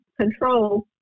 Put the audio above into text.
Control